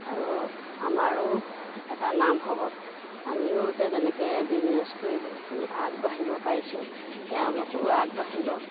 আৰু আমাৰো এটা নাম হ'ব আমিও এতিয়া যেনেকৈ বিজনেছ কৰি বহুতখিনি আগবাঢ়িব পাইছোঁ তেওঁলোকেও আগবাঢ়িব